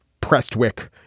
Prestwick